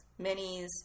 minis